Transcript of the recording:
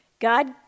God